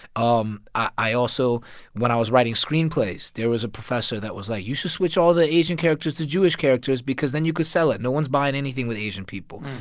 um i also when i was writing screenplays, there was a professor that was like, you should switch all the asian characters to jewish characters because then you could sell it. no one's buying anything with asian people.